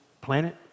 planet